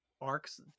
arcs